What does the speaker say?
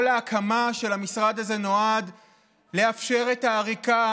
כל ההקמה של המשרד הזה נועדה לאפשר את העריקה